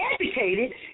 educated